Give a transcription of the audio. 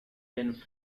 been